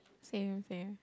same same